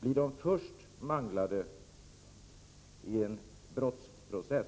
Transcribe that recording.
Blir de först manglade i en brottsprocess